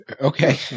Okay